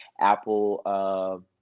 Apple